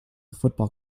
football